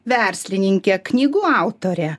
verslininkė knygų autorė